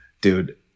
dude